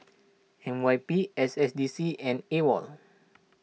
N Y P S S D C and Awol